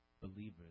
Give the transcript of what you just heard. believers